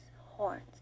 horns